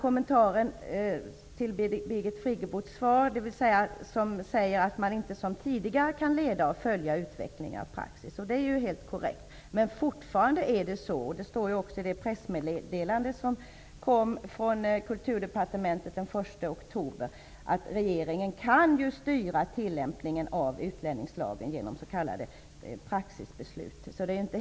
För det andra skriver Birgit Friggebo också i svaret att regeringen inte som tidigare kan leda och följa utvecklingen av praxis, och det är ju helt korrekt. Men fortfarande är det så, och det står också i det pressmeddelande som kom från Kulturdepartementet den 1 oktober, att regeringen kan styra tillämpningen av utlänningslagen genom s.k. praxisbeslut.